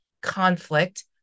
conflict